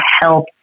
help